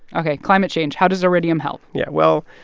ok, climate change how does iridium help? yeah. well,